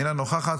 אינה נוכחת,